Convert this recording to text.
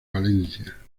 valencia